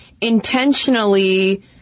intentionally